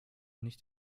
nicht